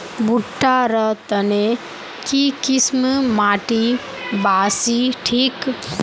भुट्टा र तने की किसम माटी बासी ठिक?